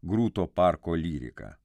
grūto parko lyrika